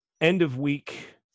end-of-week